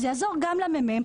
זה יעזור גם למ.מ.מ,